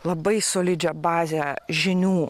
labai solidžią bazę žinių